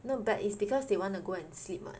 no but is because they want to go and sleep [what]